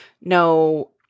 No